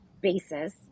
basis